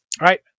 right